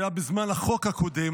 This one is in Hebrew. זה היה בזמן החוק הקודם,